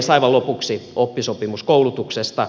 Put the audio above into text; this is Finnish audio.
aivan lopuksi oppisopimuskoulutuksesta